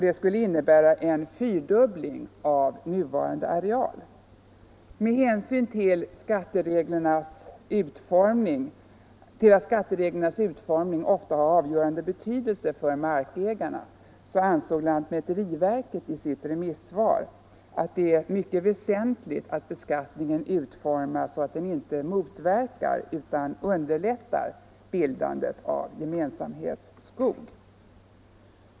Det skulle innebära en fyrdubbling av nuvarande areal. Med hänsyn till att skattereglernas utformning ofta har avgörande betydelse för markägarna ansåg lantmäteriverket i sitt remissvar att det är mycket väsentligt att beskattningen utformas så, att den inte motverkar utan underlättar bildandet av gemensamhetsskog.